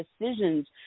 decisions